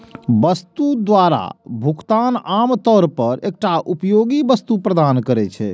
वस्तु द्वारा भुगतान आम तौर पर एकटा उपयोगी वस्तु प्रदान करै छै